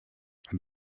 and